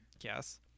Yes